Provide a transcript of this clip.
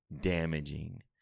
damaging